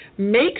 Make